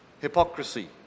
hypocrisy